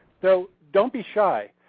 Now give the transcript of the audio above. so don't be shy.